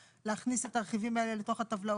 להכניס את הרכיבים האלה לתוך הטבלאות,